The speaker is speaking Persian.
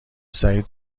سعید